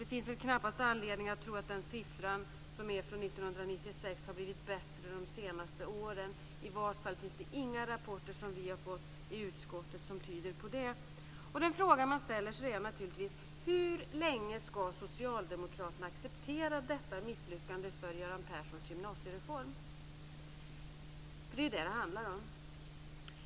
Det finns knappast anledning att tro att den siffran, som är från 1996, har blivit bättre under de senaste åren. I vart fall har vi i utskottet inte fått några rapporter som tyder på det. Den fråga man ställer sig är naturligtvis: Hur länge ska socialdemokraterna acceptera detta misslyckande för Göran Perssons gymnasiereform? Det är det som det handlar om.